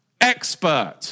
expert